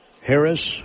Harris